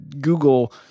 Google